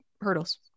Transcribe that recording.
hurdles